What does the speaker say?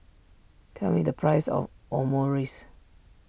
tell me the price of Omurice